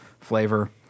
flavor